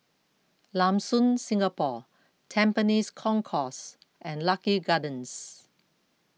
Lam Soon Singapore Tampines Concourse and Lucky Gardens